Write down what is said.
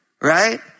Right